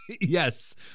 Yes